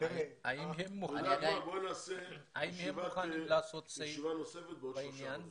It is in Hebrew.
האם הם מוכנים לעשות סעיף לעניין הזה?